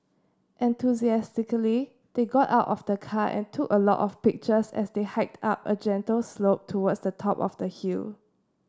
enthusiastically they got out of the car and took a lot of pictures as they hiked up a gentle slope towards the top of the hill